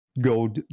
go